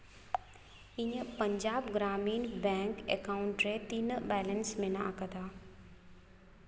ᱤᱧᱟᱹᱜ Punjab Gramin bank account ᱨᱮ ᱛᱤᱱᱟᱹᱜ ᱵᱮᱞᱮᱱᱥ ᱢᱮᱱᱟᱜ ᱟᱠᱟᱫᱟ